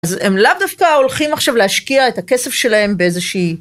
אז הם לאו דווקא הולכים עכשיו להשקיע את הכסף שלהם באיזושהי.